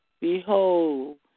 Behold